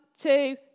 two